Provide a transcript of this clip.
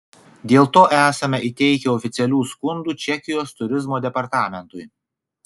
dėl to esame įteikę oficialių skundų čekijos turizmo departamentui